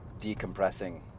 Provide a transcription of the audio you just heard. decompressing